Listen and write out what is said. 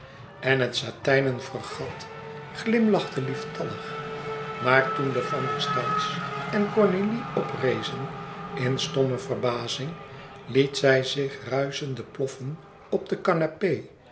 en het satijnen fregat glimlachte lieftallig maar toen de van der staals en cornélie oprezen in stomme verbazing liet zij zich ruischende ploffen op de canapé